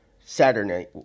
Saturday